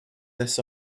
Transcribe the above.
this